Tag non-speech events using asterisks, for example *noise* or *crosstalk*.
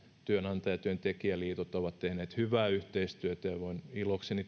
työnantaja ja työntekijäliitot ovat tehneet hyvää yhteistyötä ja voin ilokseni *unintelligible*